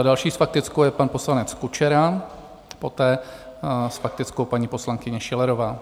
Další s faktickou je pan poslanec Kučera, poté s faktickou paní poslankyně Schillerová.